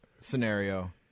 scenario